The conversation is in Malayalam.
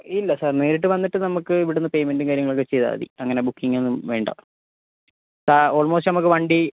ഇല്ല സർ നേരിട്ട് വന്നിട്ട് നമുക്ക് ഇവിടുന്ന് പേയ്മെൻറ്റും കാര്യങ്ങളൊക്കെ ചെയ്താൽ മതി അങ്ങനെ ബുക്കിങ്ങോന്നും വേണ്ട പാ ഓൾമോസ്റ്റ് നമുക്ക് വണ്ടി